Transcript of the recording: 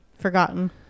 Forgotten